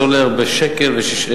ואת המס על הסולר ב-1.06 אגורות,